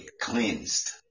cleansed